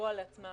לקבוע לעצמה